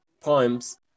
poems